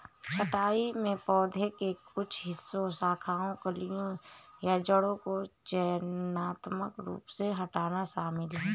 छंटाई में पौधे के कुछ हिस्सों शाखाओं कलियों या जड़ों को चयनात्मक रूप से हटाना शामिल है